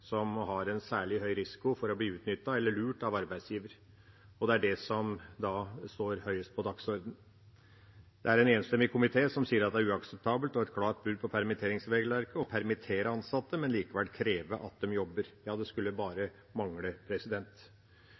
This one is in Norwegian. som løper en særlig høy risiko for å bli utnyttet eller lurt av arbeidsgiver. Det er det som står høyest på dagsordenen. Det er en enstemmig komité som sier at det er uakseptabelt og et klart brudd på permitteringsregelverket å permittere ansatte, men likevel kreve at de jobber. Ja, det skulle bare mangle.